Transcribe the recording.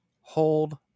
hold